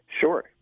Sure